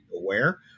aware